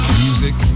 music